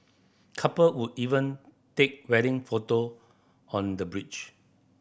couple would even take wedding photo on the bridge